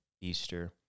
Easter